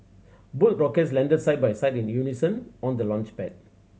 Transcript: both rockets landed side by side in unison on the launchpad